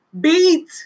Beat